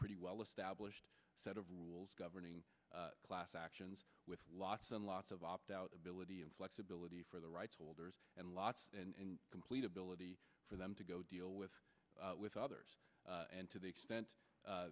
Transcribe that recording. pretty well established set of rules governing class actions with lots and lots of opt out ability and flexibility for the rights holders and lots and complete ability for them to go deal with with others and to the extent